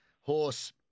horse